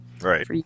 Right